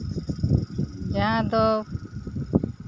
ᱡᱟᱦᱟᱸ ᱫᱚ